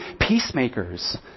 peacemakers